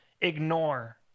ignore